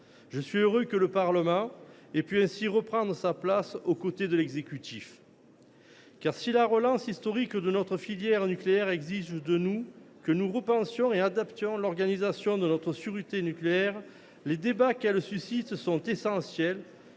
Je suis heureux que le Parlement ait pu ainsi reprendre sa place, au côté de l’exécutif. Car, si la relance historique de notre filière nucléaire exige de nous que nous repensions et adaptions l’organisation de notre sûreté nucléaire, les débats qu’elle suscite sont essentiels